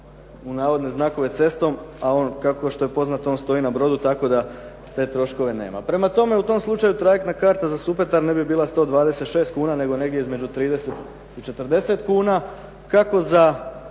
u navodne znakove cestom, a on kao što je poznato on stoji na brodu tako da te troškove nema. Prema tome, u tom slučaju karta za Supetar ne bi bila 126 kuna nego negdje između 30 i 40 kuna kako za